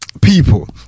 people